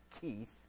Keith